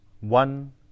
one